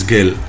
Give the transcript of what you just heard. Gill